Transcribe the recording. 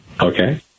okay